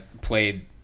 played